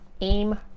Aim